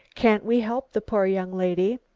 can't we help the poor young lady?